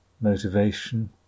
motivation